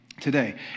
today